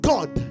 God